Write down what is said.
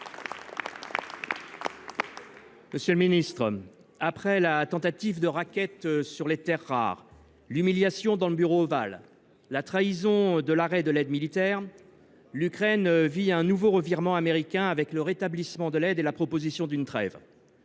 Monsieur le ministre, après la tentative de racket sur les terres rares, l’humiliation du président Zelensky dans le Bureau ovale, la trahison de l’arrêt de l’aide militaire, l’Ukraine vit un nouveau revirement américain avec le rétablissement de l’aide et la proposition d’une trêve.